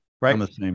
right